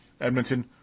Edmonton